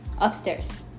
upstairs